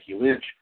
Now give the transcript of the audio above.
Lynch